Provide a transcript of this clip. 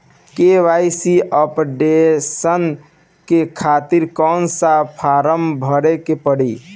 KYC updation के खातिर कौन सा फारम भरे के पड़ी?